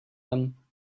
them